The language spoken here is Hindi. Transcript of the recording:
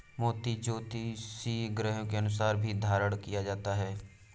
मोती ज्योतिषीय ग्रहों के अनुसार भी धारण किया जाता है